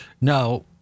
Now